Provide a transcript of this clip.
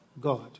God